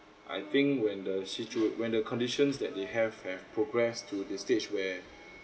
I think when the situate when the conditions that they have have progressed to the stage where